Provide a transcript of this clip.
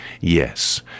Yes